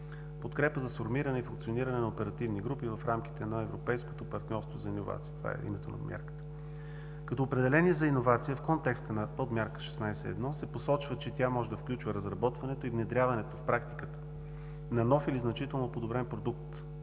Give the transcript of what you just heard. „Подкрепа за сформиране и функциониране на оперативни групи в рамките на европейското партньорство за иновации“, това е името на мярката. Като определение за иновация в контекста на подмярка 16.1 се посочва, че тя може да включва разработването и внедряването в практиката на нов или значително подобрен продукт,